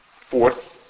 fourth